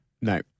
No